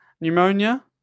pneumonia